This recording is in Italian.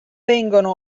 vengono